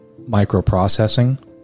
microprocessing